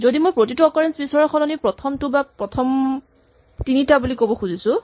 যদি মই প্ৰতিটো অকাৰেঞ্চ বিচৰাৰ সলনি প্ৰথমটো বা প্ৰথম তিনিটা বুলি ক'ব খুজিছো